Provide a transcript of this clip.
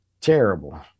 terrible